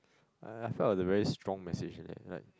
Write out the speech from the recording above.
uh I felt the very strong message in it like that like